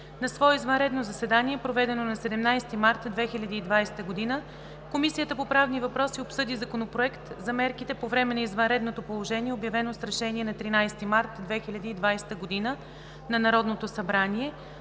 На свое извънредно заседание, проведено на 17 март 2020 г., Комисията по правни въпроси обсъди Законопроект за мерките по време на извънредното положение, обявено с решение от 13 март 2020 г. на Народното събрание,